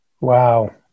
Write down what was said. Wow